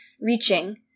reaching